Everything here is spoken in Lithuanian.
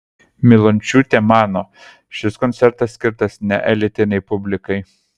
milončiūtė mano šis koncertas skirtas neelitinei publikai